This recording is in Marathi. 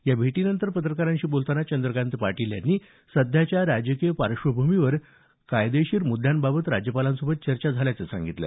या भेटीनंतर पत्रकारांशी बोलताना चंद्रकांत पाटील यांनी सध्याच्या राजकीय पार्श्वभूमीवर कायदेशीर मृद्यांबाबत राज्यपालांसोबत चर्चा झाल्याचं सांगितलं